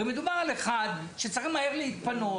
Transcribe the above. הרי מדובר על אחד שצריך להתפנות מהר,